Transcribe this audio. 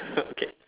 okay